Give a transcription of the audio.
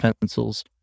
pencils